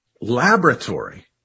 laboratory